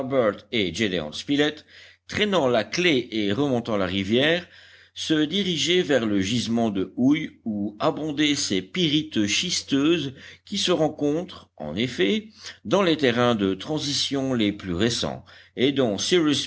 spilett traînant la claie et remontant la rivière se dirigeaient vers le gisement de houille où abondaient ces pyrites schisteuses qui se rencontrent en effet dans les terrains de transition les plus récents et dont